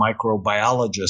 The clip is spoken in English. microbiologist